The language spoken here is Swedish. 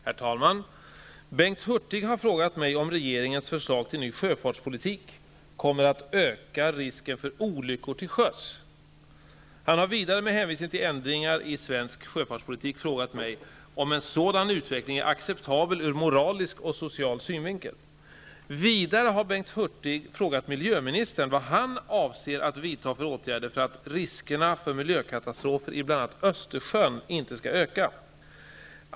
Herr talman! Bengt Hurtig har frågat mig om regeringens förslag till ny sjöfartspolitik kommer att öka risken för olyckor till sjöss. Han har vidare, med hänvisning till ändringar i svensk sjöfartspolitik, frågat mig om en sådan utveckling är acceptabel ur moralisk och social synvinkel. Vidare har Bengt Hurtig frågat miljöministern vilka åtgärder han avser vidta för att riskerna för miljökatastrofer i bl.a. Östersjön inte skall öka.